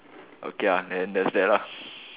okay lah then that's that lah